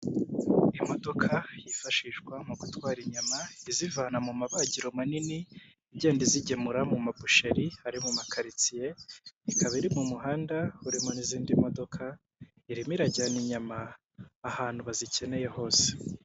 Imodoka yifashishwa mu gutwara inyama, izivana mu mabagiro manini igenda izigemura mu ma busheri ari mu makaritsiye, ikaba iri mu muhanda urimo n'izindi modoka, irimo irajyana inyama ahantu bazikeneye hose.